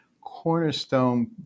cornerstone